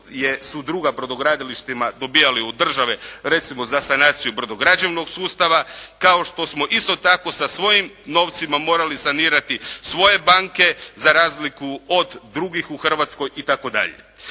su druga brodogradilišta dobivala od države recimo za sanaciju brodograđevnog sustava. Kao što smo isto tako sa svojim novcima morali sanirati svoje banke za razliku od drugih u Hrvatskoj itd.